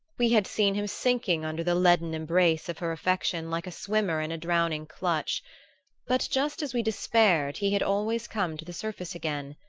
we had seen him sinking under the leaden embrace of her affection like a swimmer in a drowning clutch but just as we despaired he had always come to the surface again,